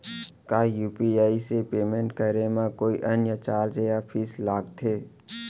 का यू.पी.आई से पेमेंट करे म कोई अन्य चार्ज या फीस लागथे?